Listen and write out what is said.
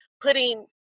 putting